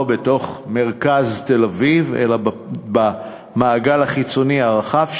לא במרכז תל-אביב אלא במעגל החיצוני הרחב שלה,